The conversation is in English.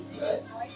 Yes